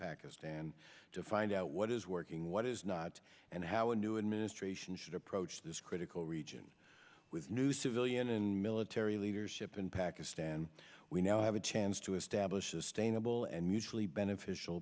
pakistan to find out what is working what is not and how a new administration should approach this critical region with new civilian and military leadership in pakistan we now have a chance to establish sustainable and mutually beneficial